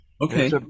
Okay